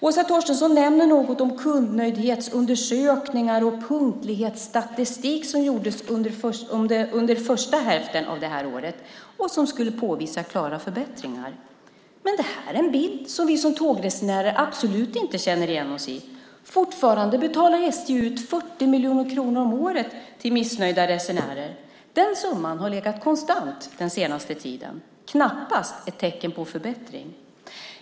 Åsa Torstensson nämner något om kundnöjdhetsundersökningar och punktlighetsstatistik som gjordes under första hälften av det här året och som skulle påvisa klara förbättringar. Men det här är en bild som vi som tågresenärer absolut inte känner igen oss i. Fortfarande betalar SJ ut 40 miljoner kronor om året till missnöjda resenärer. Den summan har legat konstant den senaste tiden - knappast ett tecken på förbättring.